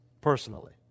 personally